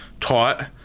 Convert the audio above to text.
taught